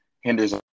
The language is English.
hinders